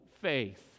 faith